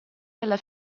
della